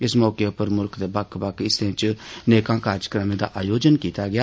इस मौके उप्पर मुल्ख दे बक्ख बक्ख हिस्सें च नेकां कार्जक्रमें दा सरिस्ता कीता गेआ